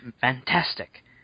Fantastic